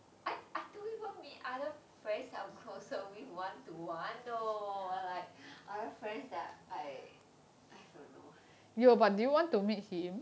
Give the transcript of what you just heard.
I I don't even meet other friends that I'm closer with one to one though like other friends that I I don't know